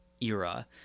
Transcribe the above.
era